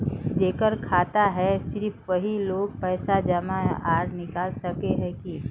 जेकर खाता है सिर्फ वही लोग पैसा जमा आर निकाल सके है की?